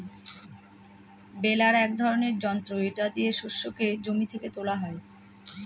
বেলার এক ধরনের যন্ত্র এটা দিয়ে শস্যকে জমি থেকে তোলা হয়